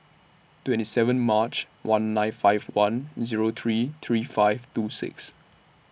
twenty seven March one nine five one Zero three three five two six